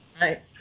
Right